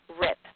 rip